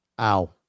Ow